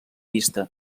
vist